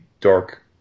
dark